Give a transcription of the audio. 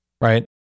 Right